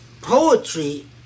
poetry